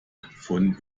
von